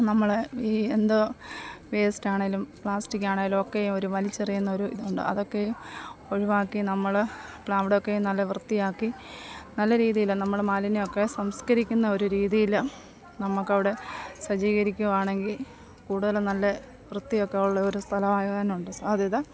നമ്മൾ ഈ എന്ത് വേസ്റ്റ് ആണെങ്കിലും പ്ലാസ്റ്റിക്ക് ആണെങ്കിലും ഒക്കെ ഒരു വലിച്ചെറിയുന്ന ഒരു ഇതുണ്ട് അതൊക്കെയും ഒഴിവാക്കി നമ്മൾ അവിടെ ഒക്കെ നല്ല വൃത്തിയാക്കി നല്ല രീതിയിൽ നമ്മൾ മാലിന്യം ഒക്കെ സംസ്കരിക്കുന്ന ഒരു രീതിയിൽ നമുക്ക് അവിടെ സജ്ജീകരിക്കുവാണെങ്കിൽ കൂടുതലും നല്ല വൃത്തിയൊക്കെ ഉള്ള ഒരു സ്ഥലം ആവാൻ ഉണ്ട് സാധ്യത